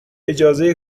اجازه